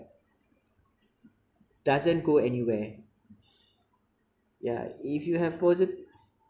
doesn't go anywhere yeah if you have posi~